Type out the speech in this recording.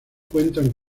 cuentan